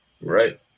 right